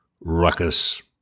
ruckus